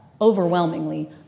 overwhelmingly